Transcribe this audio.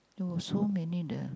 no so many the